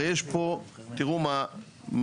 הרי יש פה, תראו מה האמת.